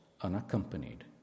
unaccompanied